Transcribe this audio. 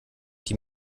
die